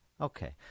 okay